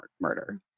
murder